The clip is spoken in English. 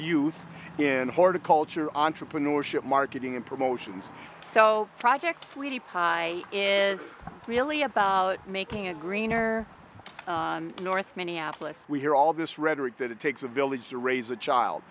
youth in horticulture entrepreneurship marketing and promotions so project free pass i is really about making a greener north minneapolis we hear all this rhetoric that it takes a village to raise a child